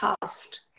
past